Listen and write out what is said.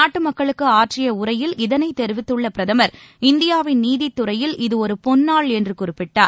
நாட்டு மக்களுக்கு ஆற்றிய உரையில் இதனைத் தெரிவித்துள்ள பிரதமர் இந்தியாவின் நீதித்துறையில் இது ஒரு பொன்நாள் என்று குறிப்பிட்டார்